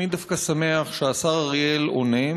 אני דווקא שמח שהשר אריאל עונה,